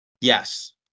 Yes